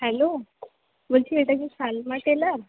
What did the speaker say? hello বলছি এটা কি সালমা টেলর